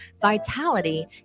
vitality